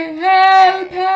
help